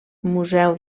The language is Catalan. museu